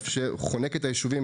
חונק את היישובים,